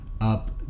up